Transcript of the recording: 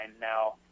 Now